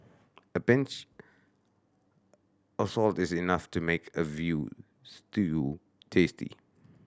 a pinch of salt is enough to make a veal stew tasty